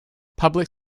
public